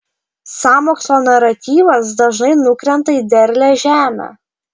sąmokslo naratyvas dažnai nukrenta į derlią žemę